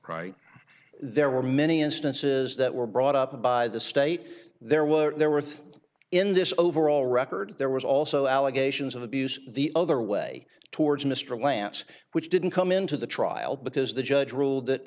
right there were many instances that were brought up by the state there were there were three in this overall record there was also allegations of abuse the other way towards mr lance which didn't come into the trial because the judge ruled that